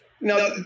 Now –